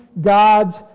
God's